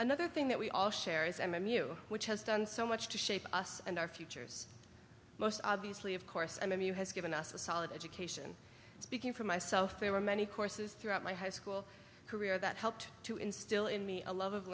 another thing that we all share is m m u which has done so much to shape us and our futures most obviously of course and you have given us a solid education speaking for myself there were many courses throughout my high school career that helped to instill in me a love of